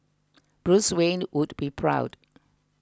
Bruce Wayne would be proud